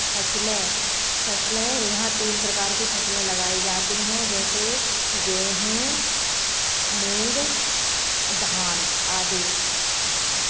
फसलें फसलें यहाँ तीन प्रकार के फसलें लगाई जाती हैं जैसे गेंहू मूंग धान आदि